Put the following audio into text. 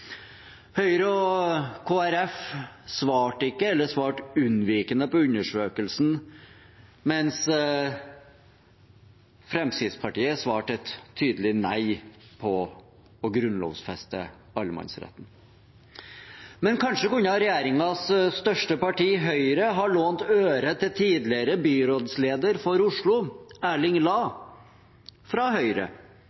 Høyre og Kristelig Folkeparti svarte ikke, eller svarte unnvikende, på undersøkelsen, mens Fremskrittspartiet svarte et tydelig nei på å grunnlovfeste allemannsretten. Men kanskje kunne regjeringens største parti, Høyre, ha lånt øre til tidligere byrådsleder for Oslo, Erling